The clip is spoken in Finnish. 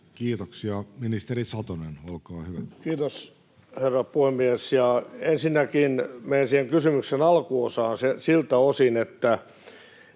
Kiitoksia. — Ministeri Satonen, olkaa hyvä. Kiitos, herra puhemies! Ensinnäkin menen siihen kysymyksen alkuosaan siltä osin, että